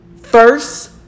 first